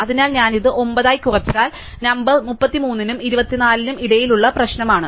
അതിനാൽ ഞാൻ ഇത് 9 ആയി കുറച്ചാൽ നമ്പർ 33 നും 24 നും ഇടയിലുള്ള പ്രശ്നമാണ്